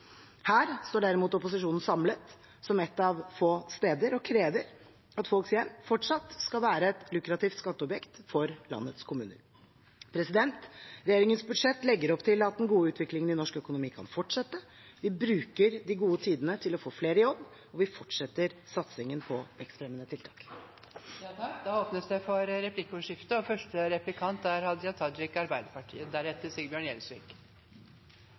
Her står derimot opposisjonen samlet, som ett av få steder, og krever at folks hjem fortsatt skal være et lukrativt skatteobjekt for landets kommuner. Regjeringens budsjett legger opp til at den gode utviklingen i norsk økonomi kan fortsette. Vi bruker de gode tidene til å få flere i jobb, og vi fortsetter satsingen på vekstfremmende tiltak. Det åpnes for replikkordskifte.